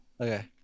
Okay